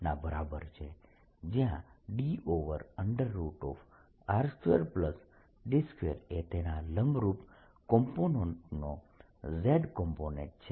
જયાં dr2d2 એ તેના લંબરૂપ કોમ્પોનેન્ટનો z કોમ્પોનેન્ટ છે